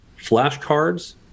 flashcards